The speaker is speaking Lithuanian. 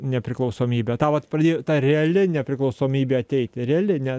nepriklausomybę tą vat pradėjo ta reali nepriklausomybė ateiti reali ne